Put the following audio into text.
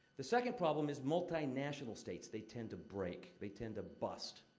the second problem is multinational states they tend to break, they tend to bust.